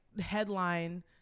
headline